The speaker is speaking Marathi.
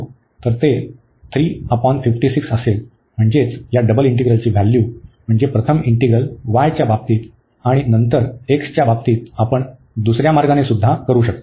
तर ते 3 बाय 56 असेल म्हणजेच या डबल इंटिग्रलचे व्हॅल्यू म्हणजे प्रथम इंटिग्रल y च्या बाबतीत आणि नंतर x च्या बाबतीत आपण दुसर्या मार्गाने सुद्धा करू शकतो